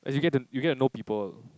as in you get to get to know people